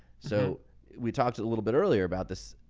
so we talked a little bit earlier about this.